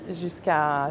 jusqu'à